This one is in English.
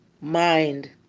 mind